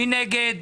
מי נגד?